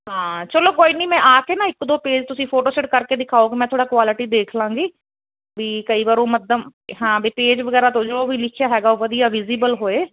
ਹਾਂ ਚਲੋ ਕੋਈ ਨੀ ਮੈਂ ਆ ਕੇ ਨਾ ਇੱਕ ਦੋ ਪੇਜ ਤੁਸੀਂ ਫੋਟੋਸੈਟ ਕਰਕੇ ਦਿਖਾਓ ਮੈਂ ਥੋੜਾ ਕੁਆਲਿਟੀ ਦੇਖ ਲਾਂਗੀ ਵੀ ਕਈ ਵਾਰ ਉਹ ਮਧਮ ਹਾਂ ਵੀ ਪੇਜ ਵਗੈਰਾ ਤੋਂ ਜੋ ਵੀ ਲਿਖਿਆ ਹੈਗਾ ਉਹ ਵਧੀਆ ਵਿਜੀਬਲ ਹੋਏ